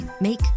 make